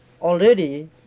already